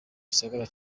gisagara